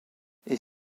est